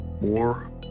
more